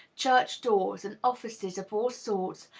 church-doors, and offices of all sorts,